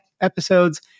episodes